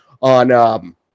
on